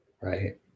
Right